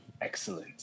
Excellent